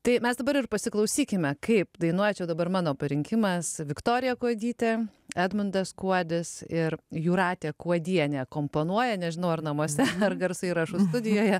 tai mes dabar ir pasiklausykime kaip dainuoja čia dabar mano parinkimas viktorija kuodytė edmundas kuodis ir jūratė kuodienė komponuoja nežinau ar namuose ar garso įrašų studijoje